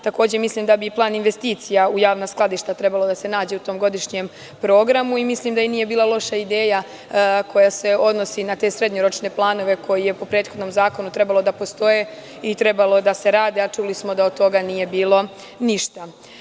Takođe mislim da bi plan investicija u javna skladišta trebalo da se nađe u tom godišnjem programu i mislim da nije bila ideja koja se odnosi na te srednjoročne planove koji je po prethodnom zakonu trebalo da postoje i trebalo je da se radi, a čuli smo da od toga nije bilo ništa.